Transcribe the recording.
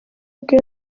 ubwe